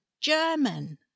German